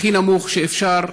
הכי נמוך שאפשר,